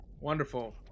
Wonderful